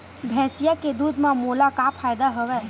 भैंसिया के दूध म मोला का फ़ायदा हवय?